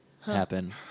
happen